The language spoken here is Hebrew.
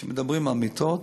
כשמדברים על מיטות,